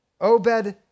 Obed